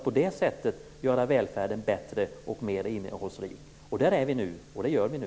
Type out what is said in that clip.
På det sättet kan vi göra välfärden bättre och mer innehållsrik. Där är vi nu, och det gör vi nu.